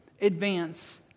advance